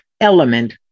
element